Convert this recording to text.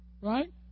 right